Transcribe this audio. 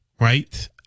right